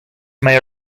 may